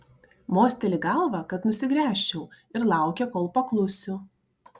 mosteli galva kad nusigręžčiau ir laukia kol paklusiu